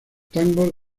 tangos